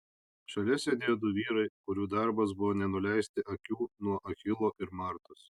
šalia sėdėjo du vyrai kurių darbas buvo nenuleisti akių nuo achilo ir martos